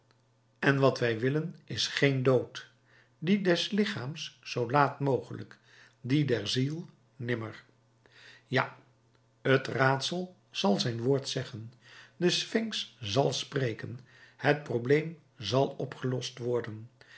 en wat wij willen is geen dood dien des lichaams zoo laat mogelijk dien der ziel nimmer ja het raadsel zal zijn woord zeggen de sphinx zal spreken het probleem zal opgelost worden